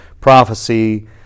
prophecy